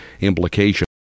implication